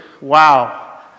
wow